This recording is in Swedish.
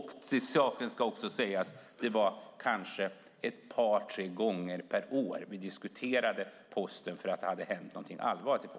Till saken hör också att det kanske var ett par tre gånger per år som vi diskuterade Posten därför att det hade hänt någonting allvarligt där.